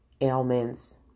ailments